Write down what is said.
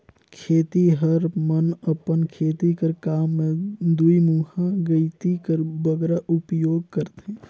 खेतिहर मन अपन खेती कर काम मे दुईमुहा गइती कर बगरा उपियोग करथे